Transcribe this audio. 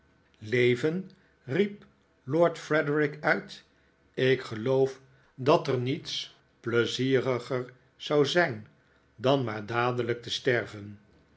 leven riep lord frederik uit ik geloof dat er niets pleizieriger zou zijn dan maar dadelijk te sterven